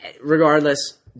regardless